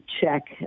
check